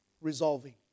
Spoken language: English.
resolving